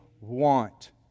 want